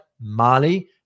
Mali